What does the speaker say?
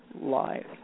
life